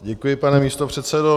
Děkuji, pane místopředsedo.